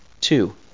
Two